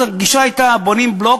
אז הגישה הייתה: בונים בלוק,